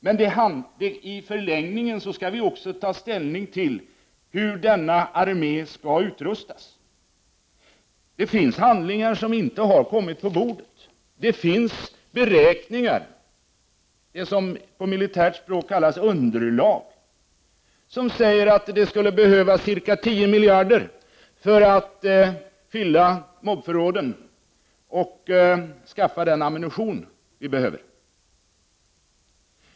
Men i förlängningen skall vi också ta ställning till hur denna armé skall utrustas. Det finns handlingar som inte har kommit på bordet. Det finns beräkningar — det som på militärt språk kallas underlag — som säger att det skulle behövas ca 10 miljarder kronor för att fylla mob-förråden och skaffa den ammunition vi behöver.